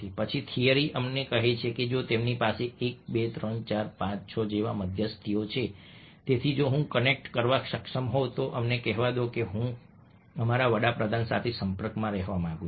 પછી થિયરી અમને કહે છે કે જો તેમની પાસે 1 2 3 4 5 6 જેવા મધ્યસ્થીઓ છે તેથી જો હું કનેક્ટ કરવા સક્ષમ હોઉં તો અમને કહેવા દો કે હું અમારા વડા પ્રધાન સાથે સંપર્કમાં રહેવા માંગુ છું